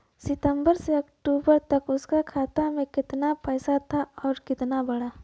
सितंबर से अक्टूबर तक उसका खाता में कीतना पेसा था और कीतना बड़ा?